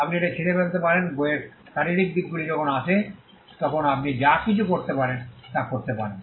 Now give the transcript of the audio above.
আপনি এটি ছিঁড়ে ফেলতে পারেন বইয়ের শারীরিক দিকগুলি যখন আসে তখন আপনি যা কিছু করতে পারেন তা করতে পারেন